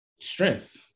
strength